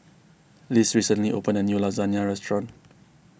Liz recently opened a new Lasagne restaurant